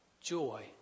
joy